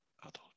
adult